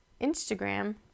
Instagram